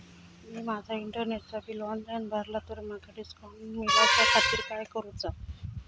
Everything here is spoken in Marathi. मी माजा इंटरनेटचा बिल ऑनलाइन भरला तर माका डिस्काउंट मिलाच्या खातीर काय करुचा?